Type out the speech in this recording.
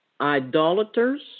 idolaters